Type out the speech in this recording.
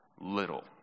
little